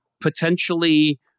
potentially